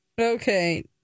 Okay